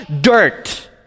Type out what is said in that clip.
dirt